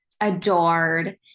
adored